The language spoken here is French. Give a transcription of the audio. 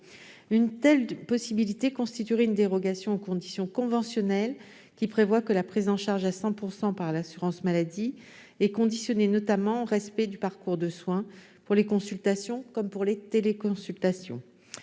Une telle possibilité constituerait une dérogation aux conditions conventionnelles, qui prévoient que la prise en charge à 100 % par l'assurance maladie est conditionnée notamment au respect du parcours de soins, pour les consultations comme pour les téléconsultations.